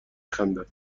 خندد